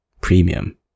premium